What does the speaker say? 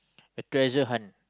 a treasure hunt